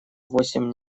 восемь